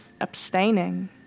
abstaining